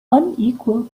unequal